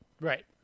Right